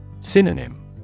Synonym